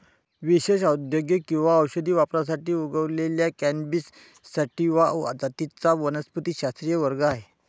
विशेषत औद्योगिक किंवा औषधी वापरासाठी उगवलेल्या कॅनॅबिस सॅटिवा जातींचा वनस्पतिशास्त्रीय वर्ग आहे